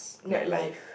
night life